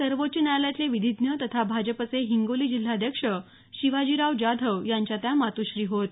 सर्वोच्व न्यायालयातलं विधिज्ञ तथा भाजपचे हिंगोली जिल्हाध्यक्ष शिवाजीराव जाधव यांच्या त्या मात्रश्री होत